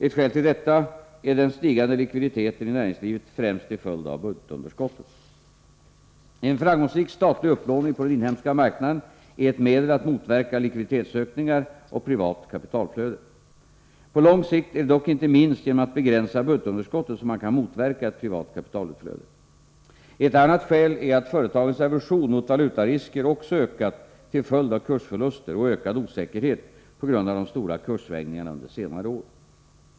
Ett skäl till detta är den stigande likviditeten i näringslivet, främst till följd av budgetunderskottet. En framgångsrik statlig upplåning på den inhemska marknaden är ett medel att motverka likviditetsökningar och privat kapitalutflöde. På lång sikt är det dock inte minst genom att begränsa budgetunderskottet som man kan motverka ett privat kapitalutflöde. Ett annat skäl är att företagens aversion mot valutarisker också ökat till följd av kursförluster och ökad osäkerhet på grund av de stora kurssvängningarna under senare år.